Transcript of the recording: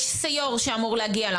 יש סיו"ר שאמור להגיע,